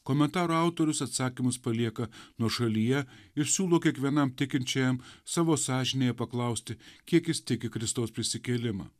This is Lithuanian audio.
komentaro autorius atsakymus palieka nuošalyje ir siūlo kiekvienam tikinčiajam savo sąžinėje paklausti kiek jis tiki kristaus prisikėlimą